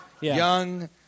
young